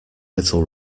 little